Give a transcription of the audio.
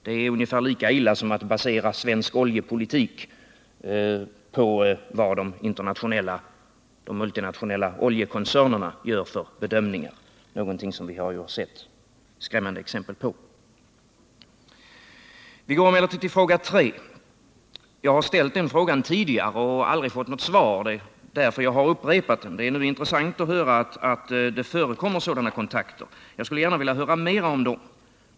Det är ungefär lika illa som att basera svensk oljepolitik på vilka bedömningar de multinationella oljekoncernerna gör, något som vi har sett skrämmande exempel på. Låt mig gå över till fråga 3. Jag har ställt den tidigare och aldrig fått något svar, och det är därför jag nu har upprepat den. Det är intressant att höra att det förekommer sådana kontakter som jag efterfrågat. Jag skulle vilja höra mera om dem.